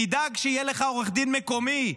נדאג שיהיה לך עורך דין מקומי,